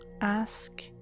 ask